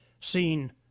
seen